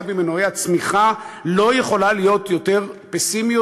אחד ממנועי הצמיחה: לא יכולה להיות יותר פסימיות